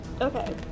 Okay